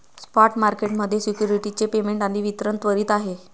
spot market मध्ये securities चे payment आणि वितरण त्वरित आहे